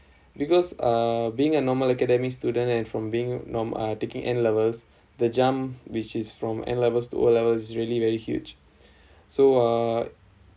because uh being a normal academic student and from being norm uh taking N levels the jump which is from N levels to O levels is really very huge so uh